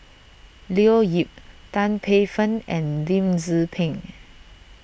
Leo Yip Tan Paey Fern and Lim Tze Peng